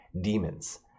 demons